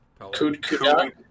Kudak